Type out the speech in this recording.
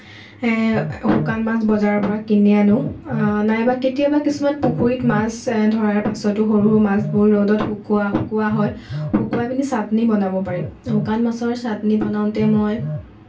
এ শুকান মাছ বজাৰৰ পৰা কিনি আনো নাইবা কেতিয়াবা কিছুমান পুখুৰীত মাছ ধৰাৰ পাছতো সৰু সৰু মাছবোৰ ৰ'দত শুকোৱা শুকোৱা হয় শুকুৱাই পিনি চাটনি বনাব পাৰি শুকান মাছৰ চাটনি বনাওঁতে মই